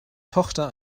tochter